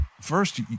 First